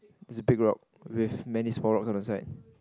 is a big rock with many small rocks on the side